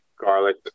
garlic